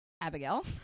Abigail